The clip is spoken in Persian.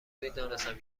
میدانستم